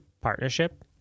Partnership